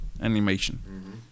animation